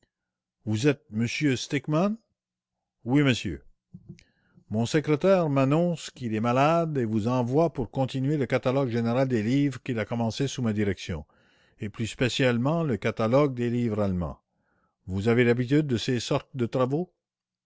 m stickmann mon secrétaire m'annonce qu'il est malade et qu'il vous envoie pour continuer le catalogue général de mes livres qu'il a commencé sous ma direction et plus spécialement le catalogue des livres allemands vous avez l'habitude de ces sortes de travaux